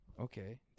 okay